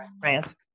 France